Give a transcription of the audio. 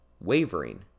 wavering